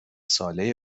ساله